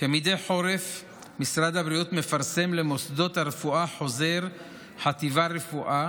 כמדי חורף משרד הבריאות מפרסם למוסדות הרפואה חוזר חטיבת רפואה